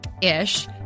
ish